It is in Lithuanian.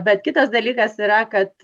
bet kitas dalykas yra kad